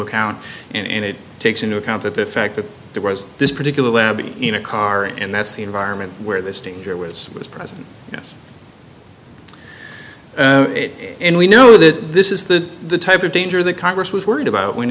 account and it takes into account that the fact that there was this particular lab in a car and that's the environment where this danger was was present yes it and we know that this is the type of danger that congress was worried about when